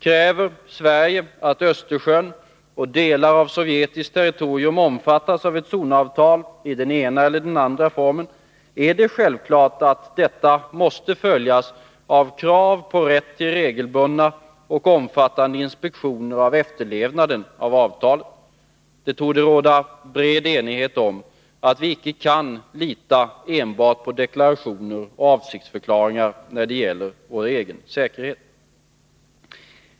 Kräver Sverige att Östersjön och delar av sovjetiskt territorium omfattas av ett zonavtali den ena eller den andra formen, är det självklart att detta måste följas av krav på rätt till regelbundna och omfattande inspektioner av efterlevnaden av avtalet. Det torde råda bred enighet om att vi icke kan lita enbart på deklarationer och avsiktsförklaringar när det gäller vår egen säkerhet.